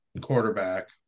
quarterback